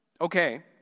Okay